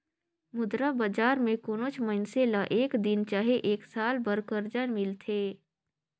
मुद्रा बजार में कोनोच मइनसे ल एक दिन चहे एक साल बर करजा मिलथे